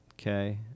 okay